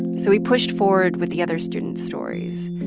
so we pushed forward with the other students' stories.